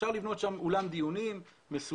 אפשר לבנות שם אולם דיונים מסודר,